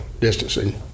distancing